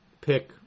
pick